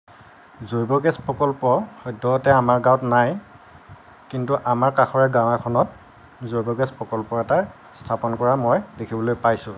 জৈৱগেছ প্ৰকল্প সদ্যহতে আমাৰ গাঁৱত নাই কিন্তু আমাৰ কাষৰে গাঁও এখনত জৈৱগেছ প্ৰকল্প এটা স্থাপন কৰা মই দেখিবলৈ পাইছোঁ